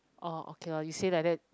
orh okay lor you say like that